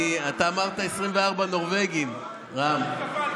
אתה אמרת 24 נורבגים, רם.